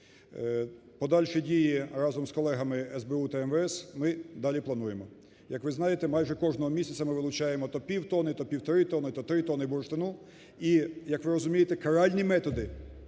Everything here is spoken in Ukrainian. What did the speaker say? Подальші дії разом з колегами із СБУ та МВС ми далі плануємо. Як ви знаєте, майже кожного місяця ми вилучаємо то півтонни, то півтори тонни, то три тонни бурштину і, як ви розумієте, каральні методи